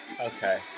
Okay